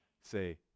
say